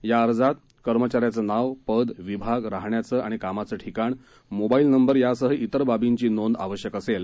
या अर्जात कर्मचाऱ्याचं नाव पद विभाग राहण्याचं आणि कामाचं ठिकाण मोबाईल नंबर यासह इतर बाबींची नोंद आवश्यक असेल